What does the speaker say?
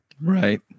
right